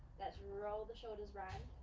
let's roll the shoulders round.